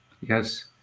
Yes